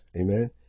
Amen